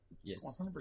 Yes